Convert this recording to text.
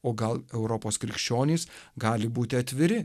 o gal europos krikščionys gali būti atviri